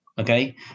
Okay